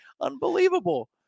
Unbelievable